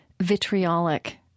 vitriolic